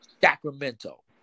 Sacramento